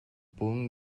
boom